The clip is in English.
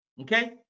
Okay